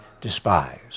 despise